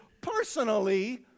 personally